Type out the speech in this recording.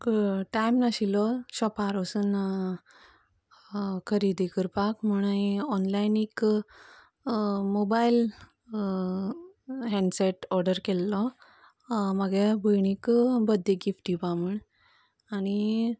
time नाशिल्लो शाॅपार वोसोन खरेदी करपाक म्हण हांयेन ऑनलायन एक मोबायल हेंडसेट ऑर्डर केल्लो म्हागे भयणीक बड्डेक गिफ्ट दिवपाक म्हण आनी